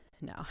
No